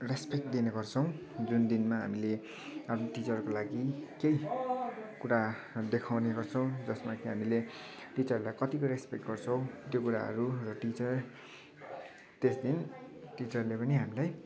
respect दिने गर्छौँ जुन दिनमा हामीले अरू टिचरहरूको लागि केही कुरा देखाउने गर्छौँ जसमा कि हामीले टिचरहरूलाई कतिको रेस्पेक्ट गर्छौँ त्यो कुराहरू र टिचर त्यस दिन टिचरले पनि हामीलाई